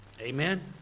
amen